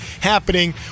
happening